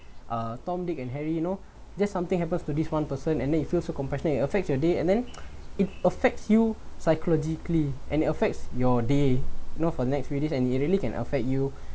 uh tom dick and harry you know just something happens to this one person and then you feel so compassionate affects your day and then it affects you psychologically and affects your day if not for the next few days and it really can affect you